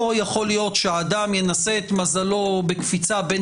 לא יכול להיות שאדם ינסה את מזלו בקפיצה בין